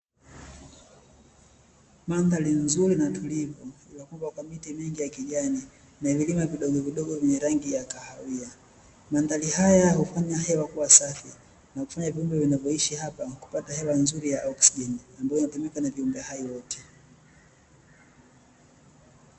Mandhari nzuri na tulivu, iliyofungwa kwa miti mingi ya kijani na mingine midogomidogo yenye rangi ya kahawia. Mandhari haya hufanya hewa kuwa safi, na kufanya viumbe vinavyoishi hapa kupata hewa nzuri ya oksijeni ambayo hutumiwa na viumbe hai wote.